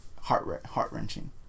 heart-wrenching